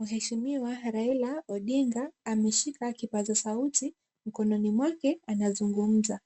Mheshimiwa Raila Odinga ameshika kipaza sauti mkononi mwake anazungumza,